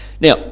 Now